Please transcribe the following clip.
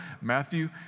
Matthew